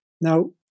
Now